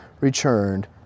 returned